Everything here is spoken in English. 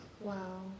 Wow